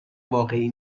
واقعی